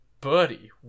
buddy